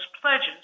pledges